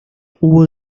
hubo